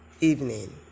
evening